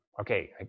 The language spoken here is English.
Okay